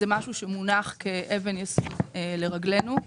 זה משהו שמונח כאבן יסוד לרגלינו.